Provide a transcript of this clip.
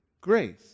grace